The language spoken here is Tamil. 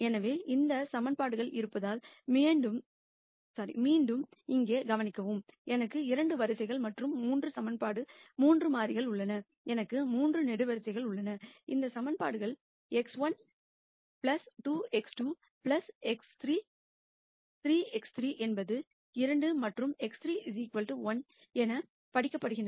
எனவே 2 சமன்பாடுகள் இருப்பதால் மீண்டும் இங்கே கவனிக்கவும் எனக்கு 2 வரிசைகள் மற்றும் 3 சமன்பாடு 3 மாறிகள் உள்ளன எனக்கு 3 நெடுவரிசைகள் உள்ளன இந்த சமன்பாடுகள் x1 2x2 3x3 என்பது 2 மற்றும் x3 1 என படிக்கப்படுகின்றன